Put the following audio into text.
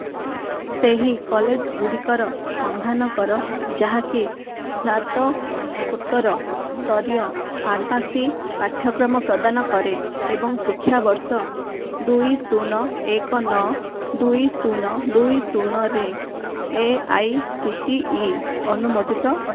ସେହି କଲେଜ ଗୁଡ଼ିକର ସନ୍ଧାନ କର ଯାହାକି ସ୍ନାତକୋତ୍ତର ସ୍ତରୀୟ ଫାର୍ମାସୀ ପାଠ୍ୟକ୍ରମ ପ୍ରଦାନ କରେ ଏବଂ ଶିକ୍ଷାବର୍ଷ ଦୁଇ ଶୁନ ଏକ ନଅ ଦୁଇ ଶୁନ ଦୁଇ ଶୁନ ରେ A I C T E ଅନୁମୋଦିତ ଅଟ